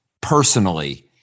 personally